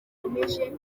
akomeje